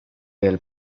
del